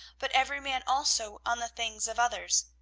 but every man also on the things of others.